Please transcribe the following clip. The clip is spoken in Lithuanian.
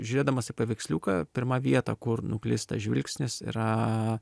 žiūrėdamas į paveiksliuką pirma vieta kur nuklysta žvilgsnis yra